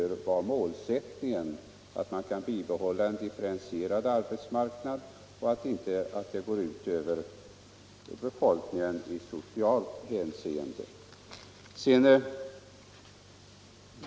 Målsättningen bör väl vara att bibehålla en differentierad arbetsmarknad, så att inte förändringarna går ut över befolkningen i socialt hänseende.